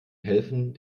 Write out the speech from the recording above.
helfen